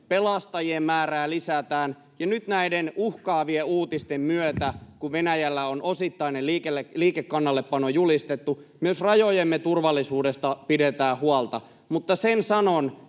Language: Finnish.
Pelastajien määrää lisätään, ja nyt näiden uhkaavien uutisten myötä, kun Venäjällä on osittainen liikekannallepano julistettu, myös rajojemme turvallisuudesta pidetään huolta. Mutta sen sanon,